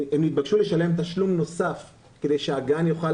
הם התבקשו לשלם תשלום נוסף כדי שהגן יוכל